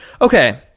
Okay